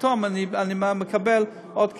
ופתאום אני מקבל עוד כמה.